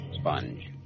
Sponge